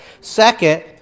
Second